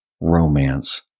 romance